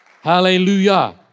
Hallelujah